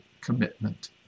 commitment